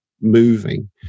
moving